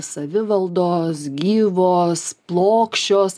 savivaldos gyvos plokščios